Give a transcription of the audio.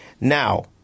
Now